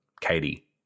Katie